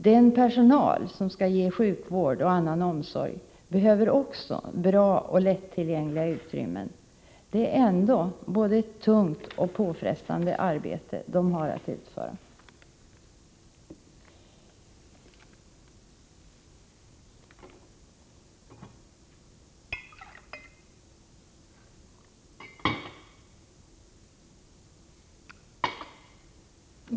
Den personal som skall ge sjukvård och annan omsorg behöver också bra och lättillgängliga utrymmen. Det är ändå ett både tungt och påfrestande arbete som de har att utföra.